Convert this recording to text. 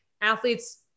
athletes